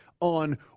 on